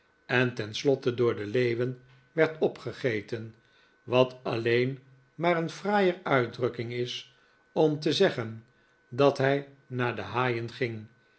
en ten slotte door de leeuwen werd opgegeten wat alleen maar een fraaier uitdrukking is om te zeggen dat hij naar de haaien ging